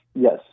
Yes